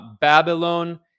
babylon